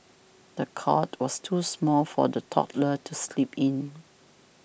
the cot was too small for the toddler to sleep in